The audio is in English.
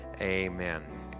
amen